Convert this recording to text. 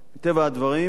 מטבע הדברים,